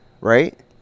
right